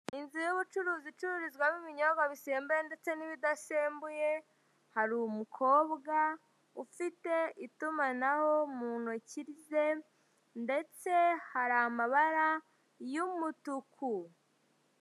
Inzu y'ubucuruzi icururizwamo ibinyobwa bisembuye ndetse n'ibidasembuye, hari umukobwa ufite itumanaho mu ntoki ze, ndetse hari amabara y'umutuku.